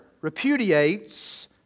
repudiates